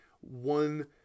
one